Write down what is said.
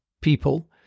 people